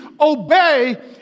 obey